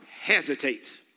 hesitates